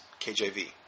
KJV